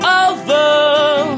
over